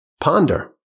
ponder